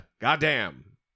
goddamn